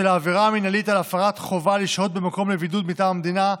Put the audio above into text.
של העבירה המינהלית על הפרה של חובה לשהות במקום לבידוד מטעם המדינה,